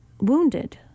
wounded